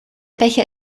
becher